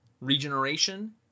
Regeneration